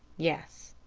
yes.